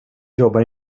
jobbar